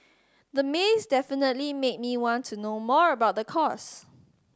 the maze definitely made me want to know more about the course